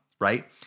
right